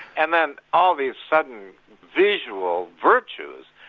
and then all these sudden visual virtues,